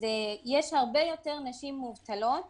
יש הרבה יותר נשים מובטלות